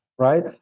Right